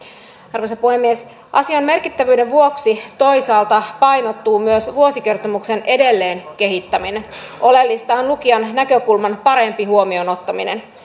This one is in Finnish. arvoisa puhemies asian merkittävyyden vuoksi toisaalta painottuu myös vuosikertomuksen edelleen kehittäminen oleellista on lukijan näkökulman parempi huomioon ottaminen